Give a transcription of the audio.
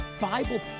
Bible